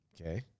Okay